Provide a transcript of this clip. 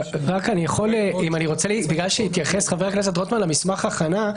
אני מבקש להתייחס כיוון שחבר הכנסת רוטמן התייחס למסמך ההכנה.